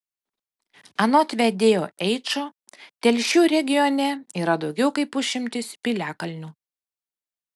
anot vedėjo eičo telšių regione yra daugiau kaip pusšimtis piliakalnių